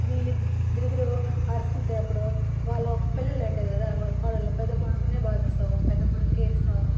వీళిద్దరూ అరుచుకుంటే అప్పుడు వాళ్ళ పెళ్ళిళ్ళు ఉంటాయి కదా వాళ్ళ కోడళ్ళు పెద్ద కోడలినే బాగా చూస్తావు పెద్ద కొడుకుకే ఇస్తావా